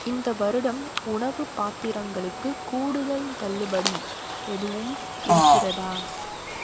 இந்த வருடம் உணவுப் பாத்திரங்களுக்கு கூடுதல் தள்ளுபடி எதுவும் இருக்கிறதா